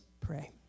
Pray